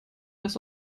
das